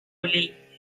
oli